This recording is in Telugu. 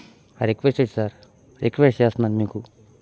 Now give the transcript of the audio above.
ఐ రిక్వెస్టడ్ సార్ రిక్వెస్ట్ చేస్తున్నాను మీకు